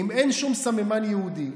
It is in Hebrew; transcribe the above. אם אין שום סממן יהודי,